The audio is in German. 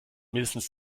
mindestens